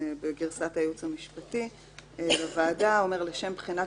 בגרסת הייעוץ המשפטי בוועדה אומר: (ב) לשם בחינת